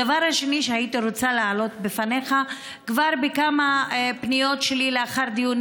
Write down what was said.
הדבר השני שהייתי רוצה להעלות בפניך: כבר בכמה פניות שלי לאחר דיונים